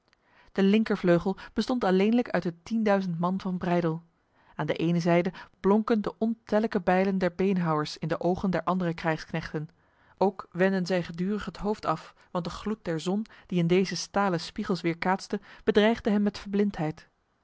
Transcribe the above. de linkervleugel bestond alleenlijk uit de tienduizend man van breydel aan de ene zijde blonken de ontellijke bijlen der beenhouwers in de ogen der andere krijgsknechten ook wendden zij gedurig het hoofd af want de gloed der zon die in deze stalen spiegels weerkaatste bedreigde hen met